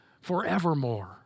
forevermore